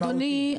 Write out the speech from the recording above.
אדוני,